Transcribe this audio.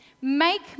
Make